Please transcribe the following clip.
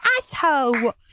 asshole